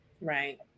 right